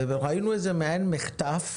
וראינו איזה מעין מחטף